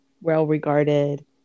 well-regarded